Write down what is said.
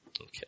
Okay